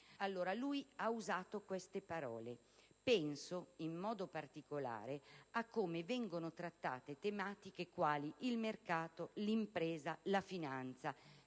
Egli ha usato queste parole: "Penso in modo particolare a come vengono trattate tematiche quali il mercato, l'impresa, la finanza,